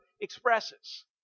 expresses